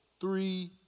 three